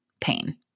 pain